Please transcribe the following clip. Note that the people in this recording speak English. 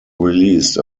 released